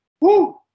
woo